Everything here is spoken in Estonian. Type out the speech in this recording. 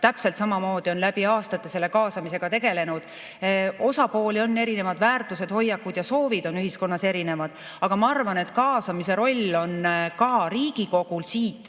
täpselt samamoodi on läbi aastate kaasamisega tegelenud. Osapooli on erinevaid, väärtused, hoiakud ja soovid on ühiskonnas erinevad, aga ma arvan, et kaasamise roll on ka Riigikogul siit